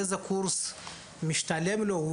איזה קורס משתלם לו,